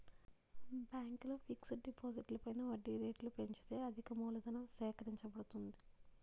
బ్యాంకులు ఫిక్స్ డిపాజిట్లు పైన వడ్డీ రేట్లు పెంచితే అధికమూలధనం సేకరించబడుతుంది